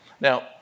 Now